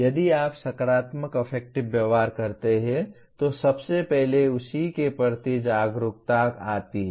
यदि आप सकारात्मक अफेक्टिव व्यवहार करते हैं तो सबसे पहले उसी के प्रति जागरूकता आती है